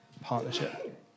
partnership